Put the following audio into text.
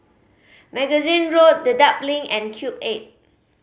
Magazine Road Dedap Link and Cube Eight